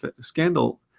scandal